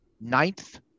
ninth